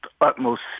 utmost